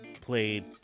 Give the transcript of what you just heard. played